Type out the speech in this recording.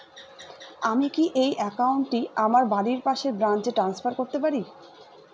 আমি কি এই একাউন্ট টি আমার বাড়ির পাশের ব্রাঞ্চে ট্রান্সফার করতে পারি?